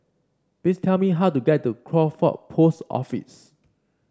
please tell me how to get to Crawford Post Office